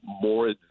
more